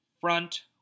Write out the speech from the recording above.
front